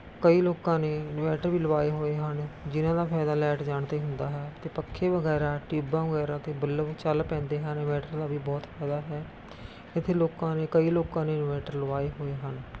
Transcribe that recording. ਕਈ ਲੋਕਾਂ ਨੇ ਇੰਨਵੈਟਰ ਵੀ ਲਗਵਾਏ ਹੋਏ ਹਨ ਜਿਨ੍ਹਾਂ ਦਾ ਫਾਇਦਾ ਲੈਟ ਜਾਣ 'ਤੇ ਹੁੰਦਾ ਹੈ ਅਤੇ ਪੱਖੇ ਵਗੈਰਾ ਟਿਊਬਾਂ ਵਗੈਰਾ ਅਤੇ ਬੱਲਬ ਚੱਲ ਪੈਂਦੇ ਹਨ ਇੰਨਵੈਟਰ ਦਾ ਵੀ ਬਹੁਤ ਫਾਈਦਾ ਹੈ ਇੱਥੇ ਲੋਕਾਂ ਨੇ ਕਈ ਲੋਕਾਂ ਨੇ ਇੰਨਵੈਟਰ ਲਗਵਾਏ ਹੋਏ ਹਨ